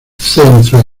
centro